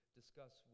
discuss